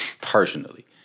personally